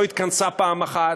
לא התכנסה פעם אחת,